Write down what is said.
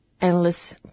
analysts